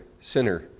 sinner